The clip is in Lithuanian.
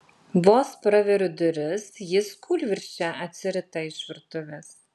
vos praveriu duris jis kūlvirsčia atsirita iš virtuvės